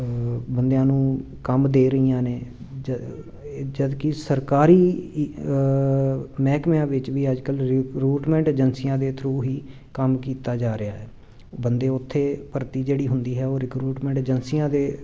ਬੰਦਿਆਂ ਨੂੰ ਕੰਮ ਦੇ ਰਹੀਆਂ ਨੇ ਜ ਜਦ ਕਿ ਸਰਕਾਰੀ ਮਹਿਕਮਿਆਂ ਵਿੱਚ ਵੀ ਅੱਜ ਕੱਲ੍ਹ ਰਿਕਰੂਟਮੈਂਟ ਅਜੈਂਸੀਆਂ ਦੇ ਥਰੂ ਹੀ ਕੰਮ ਕੀਤਾ ਜਾ ਰਿਹਾ ਹੈ ਬੰਦੇ ਉੱਥੇ ਭਰਤੀ ਜਿਹੜੀ ਹੁੰਦੀ ਹੈ ਰਿਕਰੂਟਮੈਂਟ ਅਜੈਂਸੀਆਂ ਦੇ